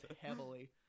heavily